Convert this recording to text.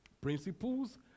Principles